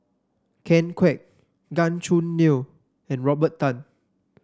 Ken Kwek Gan Choo Neo and Robert Tan